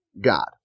God